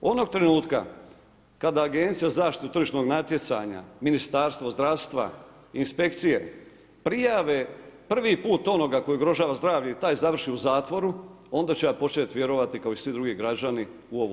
Onog trenutka, kada Agencija za zaštitu tržišnog natječaja, Ministarstvo zdravstva, inspekcije, prijave prvi put, onoga tko ugrožava zdravlje i taj završi u zatvoru, onda ću ja početi vjerovati, kao i svi drugi građani u ovu državu.